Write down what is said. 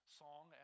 song